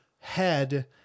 head